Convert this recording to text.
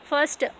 First